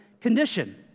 condition